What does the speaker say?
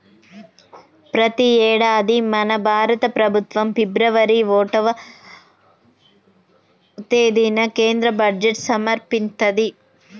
ప్రతి యేడాది మన భారత ప్రభుత్వం ఫిబ్రవరి ఓటవ తేదిన కేంద్ర బడ్జెట్ సమర్పిత్తది